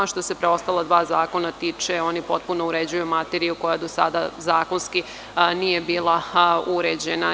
Što se preostala dva zakona tiče, oni potpuno uređuju materiju koja do sada zakonski nije bila uređena.